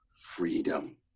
freedom